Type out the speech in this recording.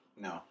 No